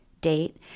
date